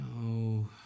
No